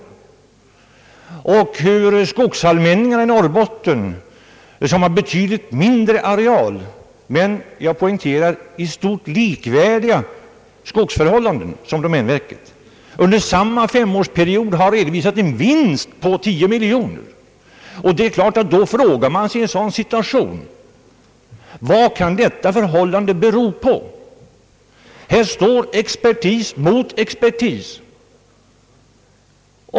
Skogsallmänningarna i Norrbotten, som har betydligt mindre areal men i stort likvärdiga skogsförhållanden som domänverket, redovisar under samma femårsperiod en vinst på 10 miljoner kronor. Det är klart att man i en sådan situation frågar sig vad detta förhållande kan bero på. Här står expertis mot expertis.